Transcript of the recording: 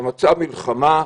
למצב מלחמה,